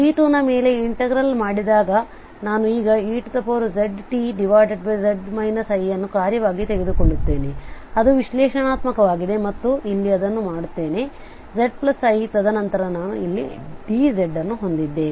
C2 ನ ಮೇಲೆ integral ಮಾಡಿದಾಗ ನಾನು ಈಗ eztz i ಅನ್ನು ಕಾರ್ಯವಾಗಿ ತೆಗೆದುಕೊಳ್ಳುತ್ತೇನೆ ಅದು ವಿಶ್ಲೇಷಣಾತ್ಮಕವಾಗಿದೆ ಮತ್ತು ಇಲ್ಲಿ ಇದನ್ನು ಮಾಡುತ್ತೇನೆ zi ತದನಂತರ ನಾನು ಇಲ್ಲಿ dz ಅನ್ನು ಹೊಂದಿದ್ದೇನೆ